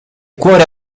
cuore